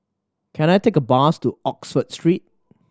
can I take a bus to Oxford Street